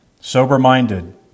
sober-minded